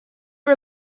are